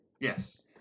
yes